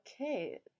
Okay